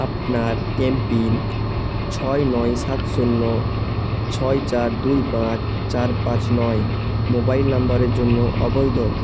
আপনার এমপিন ছয় নয় সাত শূন্য ছয় চার দুই পাঁচ চার পাঁচ নয় মোবাইল নাম্বারের জন্য অবৈধ